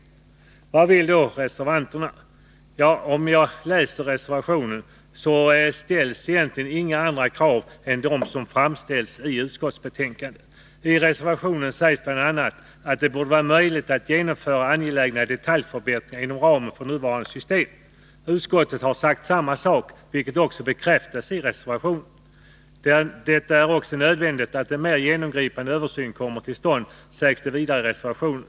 Vad vill då reservanterna? Om man läser reservationen finner man att det i den egentligen inte ställs några andra krav än de som framställts i utskottsbetänkandet. I reservationen sägs bl.a. att det borde vara möjligt att genomföra angelägna detaljförbättringar inom ramen för nuvarande system. Utskottet har sagt samma sak, vilket också bekräftas i reservationen. ”Det är också nödvändigt att en mer genomgripande översyn kommer till stånd”, sägs det vidare i reservationen.